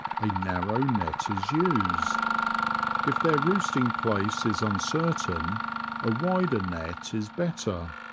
a narrow net is used if their roosting-place is uncertain a wider net is better.